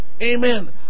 Amen